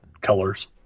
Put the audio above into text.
colors